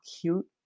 cute